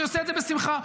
נפרגן לך.